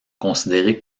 considérés